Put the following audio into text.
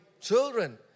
children